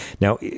Now